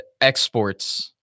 exports